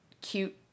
cute